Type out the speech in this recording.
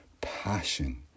passion